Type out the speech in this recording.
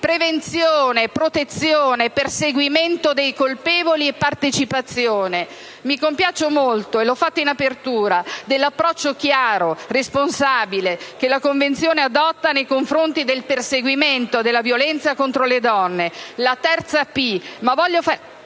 prevenzione, protezione, perseguimento dei colpevoli e partecipazione. Mi compiaccio molto (l'ho già detto in apertura) dell'approccio chiaro e responsabile che la Convenzione adotta nei confronti del perseguimento della violenza contro le donne, la terza